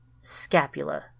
Scapula